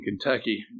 Kentucky